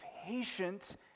patient